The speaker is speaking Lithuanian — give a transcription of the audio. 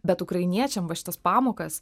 bet ukrainiečiam va šitas pamokas